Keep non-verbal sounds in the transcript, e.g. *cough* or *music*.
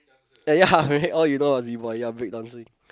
*laughs* ya right all you know B-Boy ya break dancing